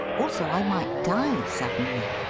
also i might die suddenly.